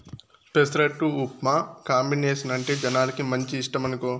పెసరట్టు ఉప్మా కాంబినేసనంటే జనాలకు మంచి ఇష్టమనుకో